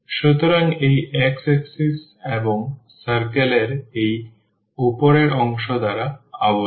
সুতরাং এই x axis এবং circle এর এই উপরের অংশ দ্বারা আবদ্ধ